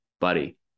Buddy